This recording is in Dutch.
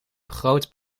groot